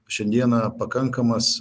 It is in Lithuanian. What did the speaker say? šiandieną pakankamas